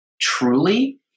truly